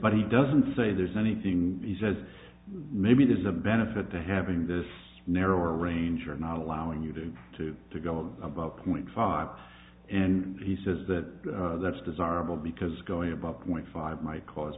but he doesn't say there's anything he says maybe there's a benefit to having this narrower range or not allowing you to two to go about point five and he says that that's desirable because going above point five might cause